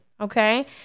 Okay